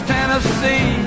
Tennessee